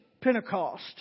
Pentecost